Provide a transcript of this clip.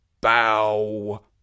Bow